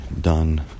done